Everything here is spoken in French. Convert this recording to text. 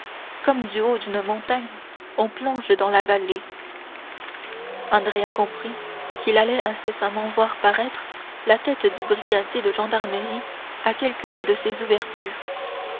comme du haut d'une montagne on plonge dans la vallée andrea comprit qu'il allait incessamment voir paraître la tête du brigadier de gendarmerie à quelqu'une de ces ouvertures